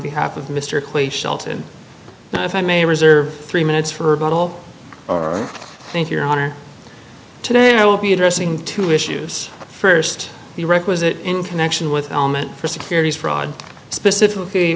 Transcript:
behalf of mr clay shelton and if i may reserve three minutes for a bottle or thank your honor today i will be addressing two issues st the requisite in connection with element for securities fraud specifically